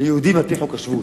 ליהודים על-פי חוק השבות,